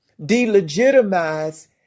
delegitimize